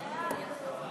סעיף 41,